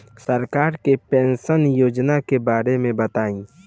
सरकार के पेंशन योजना के बारे में बताईं?